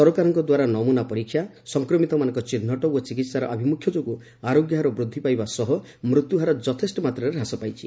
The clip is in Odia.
ସରକାରଙ୍କ ଦ୍ୱାରା ନମୂନା ପରୀକ୍ଷା ସଂକ୍ରମିତମାନଙ୍କ ଚିହ୍ନଟ ଓ ଚିକିହାର ଆଭିମୁଖ୍ୟ ଯୋଗୁଁ ଆରୋଗ୍ୟହାର ବୃଦ୍ଧି ପାଇବା ସହ ମୃତ୍ୟୁହାର ଯଥେଷ୍ଟ ମାତ୍ରାରେ ହ୍ରାସ ପାଇଛି